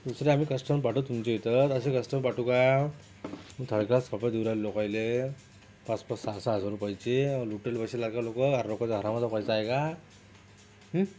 दुसरे आम्ही कस्टम पाठवतो तुमच्या इथं तर असे कस्टम पाठवू का थर क्लास कपडे देऊन राहिले लोकाला पाच पाच सहा सहा हजार रुपयाचे आणि लुटेल बसला का लोक अरे लोकाचा हरामाचा पैसा आहे का